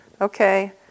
Okay